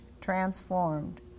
transformed